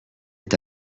est